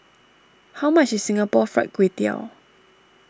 how much is Singapore Fried Kway Tiao